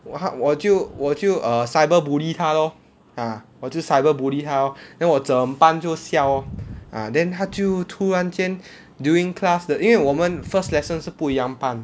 我他我就我就 cyber bully 他 lor ah 我就 cyber bully 他 lor then 我整班就笑 lor ah then 他就突然间 during class 的因为我们 first lesson 是不一样班